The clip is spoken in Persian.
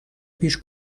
پیش